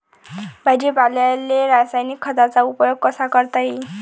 भाजीपाल्याले रासायनिक खतांचा उपयोग कसा करता येईन?